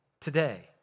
today